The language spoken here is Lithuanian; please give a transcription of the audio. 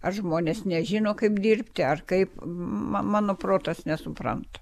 ar žmonės nežino kaip dirbti ar kaip m mano protas nesupranta